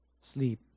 sleep